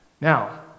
Now